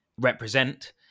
represent